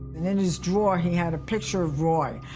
and in his drawer, he had a picture of roy,